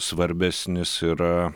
svarbesnis yra